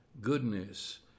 Goodness